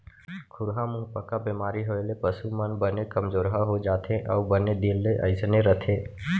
खुरहा मुहंपका बेमारी होए ले पसु मन बने कमजोरहा हो जाथें अउ बने दिन ले अइसने रथें